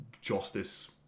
Justice